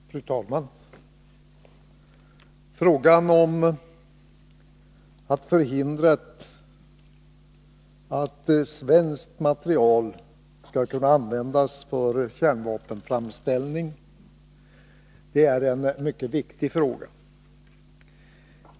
Fru talman! Frågan om att förhindra att svenskt material skall kunna användas för kärnvapenframställning är en mycket viktig fråga.